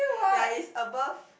ya is above